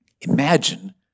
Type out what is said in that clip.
imagine